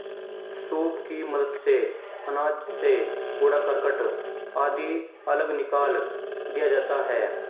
soup की मदद से अनाज से कूड़ा करकट आदि अलग निकाल दिया जाता है